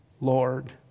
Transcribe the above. Lord